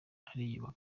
ariyubaha